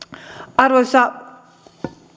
arvoisa